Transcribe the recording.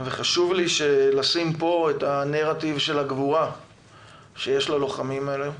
חשוב לי לשים פה את הנרטיב של הגבורה שיש ללוחמים האלה.